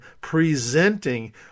presenting